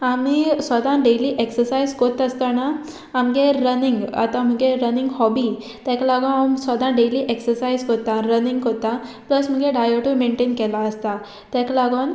आमी सोदां daily exercise कोत्ता आसतना आमगे रनींग आतां म्हुगे रनिंग हॉबी तेका लागोन आमी सोदां डेली एक्सरसायज कोत्ता रनिंग कोत्ता प्लस म्हुगे डायटूय मेनटेन केलो आसता तेका लागोन